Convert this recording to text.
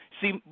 See